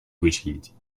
вычленить